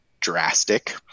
drastic